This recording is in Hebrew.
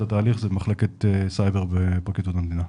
התהליך זו מחלקת סייבר ופרקליטות המדינה.